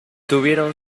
tuvieron